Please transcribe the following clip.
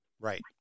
Right